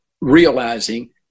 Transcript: realizing